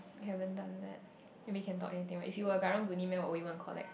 we haven't done that maybe can talk anything if you are Karang-Guni man what would you want collect